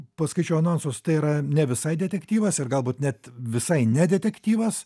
paskaičiau anonsus tai yra ne visai detektyvas ir galbūt net visai ne detektyvas